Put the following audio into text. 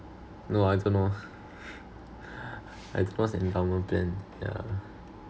no I don't know I don't know what's an endowment plan yeah